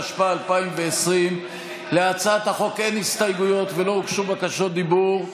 התשפ"א 2020. להצעת החוק אין הסתייגויות ולא הוגשו בקשות דיבור.